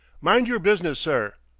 mind your business, sir!